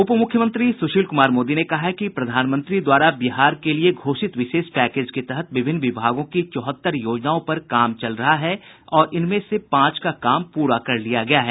उप मुख्यमंत्री सुशील कुमार मोदी ने कहा है कि प्रधानमंत्री द्वारा बिहार के लिए घोषित विशेष पैकेज के तहत विभिन्न विभागों की चौहत्तर योजनाओं पर काम चल रहा है इनमें से पांच का काम पूरा कर लिया गया है